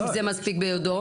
האם מספיק לומר "ביודעו"?